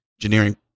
engineering